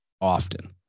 often